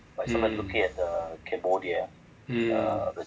mm mm